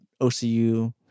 OCU